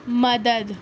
مدد